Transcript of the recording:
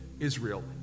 Israel